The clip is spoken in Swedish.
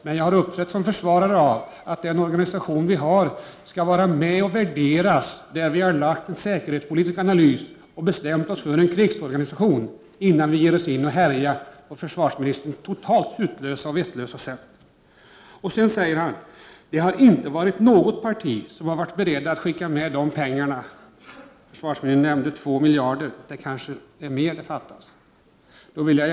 Men jag har uppträtt som försvarare av inställningen att den organisation som vi har skall värderas med hänsyn till den säkerhetspolitiska analysen och med tanke på krigsorganisationen, innan vi börjar härja på försvarsministerns totalt hutlösa och vettlösa sätt. Försvarsministern sade vidare att ingen har varit beredd att satsa pengar. Försvarsministern nämnde 2 miljarder kronor, men det fattas kanske mer.